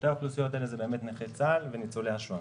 שתי האוכלוסיות הן נכי צה"ל וניצולי השואה.